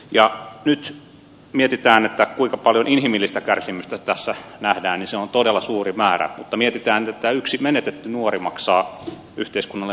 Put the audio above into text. ja yksi mietitään että kuinka paljon inhimillistä kärsimystä tässä nähdäänisin todella suuri määrä mietitään että yksi menetetty nuori maksaa yhteiskunnan